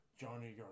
Johnny